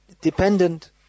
dependent